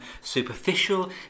superficial